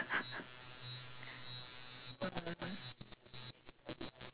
exactly why would I take what can make my life better